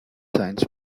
science